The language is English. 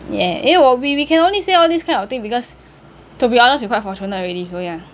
yeah 因为我 we we can only say all this kind of thing because to be honest we quite fortunate already so ya